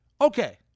Okay